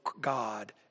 God